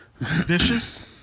vicious